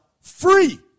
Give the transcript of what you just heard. free